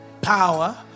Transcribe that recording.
power